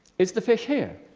is the fish here?